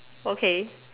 okay